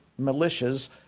militias